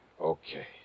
Okay